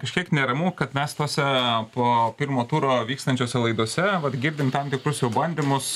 kažkiek neramu kad mes tose po pirmo turo vykstančiose laidose vat girdim tam tikrus jau bandymus